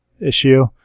issue